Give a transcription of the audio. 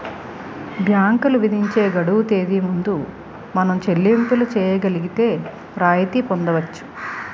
బ్యాంకులు విధించే గడువు తేదీ ముందు మనం చెల్లింపులు చేయగలిగితే రాయితీ పొందవచ్చు